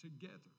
together